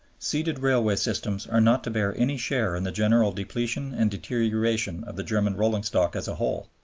ceded railway systems are not to bear any share in the general depletion and deterioration of the german rolling-stock as a whole.